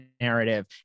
narrative